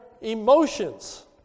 emotions